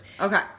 Okay